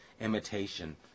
imitation